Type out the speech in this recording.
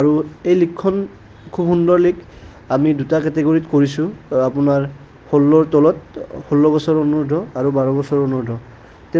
অৰু এই লিগখন খুব সুন্দৰ লিগ আমি দুটা কেটেগৰীত কৰিছোঁ আপোনাৰ ষোল্লৰ তলৰ ষোল্ল বছৰ অনুৰ্ধৰ আৰু বাৰ বছৰৰ অনুৰ্ধৰ